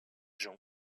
gens